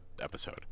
episode